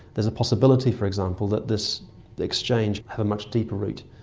there is a possibility, for example, that this exchange had a much deeper root.